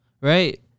Right